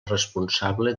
responsable